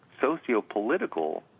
sociopolitical